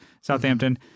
Southampton